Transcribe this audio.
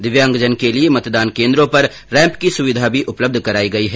दिव्यांगजन के लिए मतदान केन्द्रों पर रैम्प की सुविधा भी उपलब्ध कराई गई है